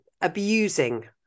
abusing